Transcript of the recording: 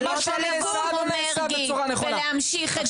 ובמקום לבוא כמו מרגי ולהמשיך את זה,